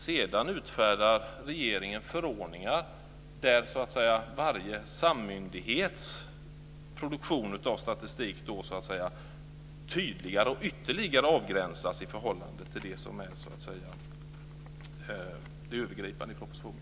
Sedan utfärdar regeringen förordningar där så att säga varje sammyndighets produktion av statistik tydligare och ytterligare avgränsas i förhållande till det som är det övergripande i propositionen.